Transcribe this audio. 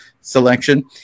selection